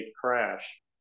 crash